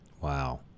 Wow